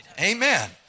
Amen